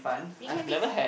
it can be